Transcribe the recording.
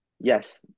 Yes